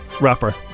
rapper